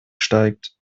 steigt